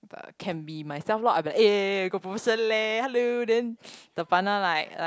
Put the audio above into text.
can be myself lah I'll be like eh eh eh got promotion leh the hello then the like like